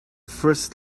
first